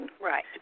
Right